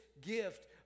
gift